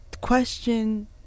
question